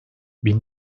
bin